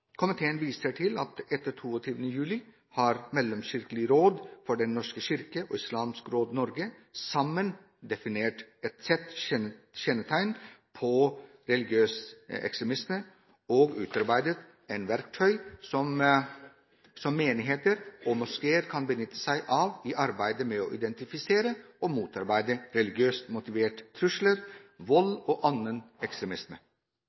viser til at etter 22. juli har Mellomkirkelig råd for Den norske kirke og Islamsk Råd Norge sammen definert et sett kjennetegn på religiøs ekstremisme og utarbeidet en verktøykasse som menigheter og moskeer kan benytte seg av i arbeidet med å identifisere og motarbeide religiøst motiverte trusler, vold og annen ekstremisme.